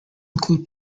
include